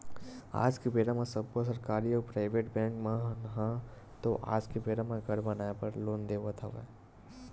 आज के बेरा म सब्बो सरकारी अउ पराइबेट बेंक मन ह तो आज के बेरा म घर बनाए बर लोन देवत हवय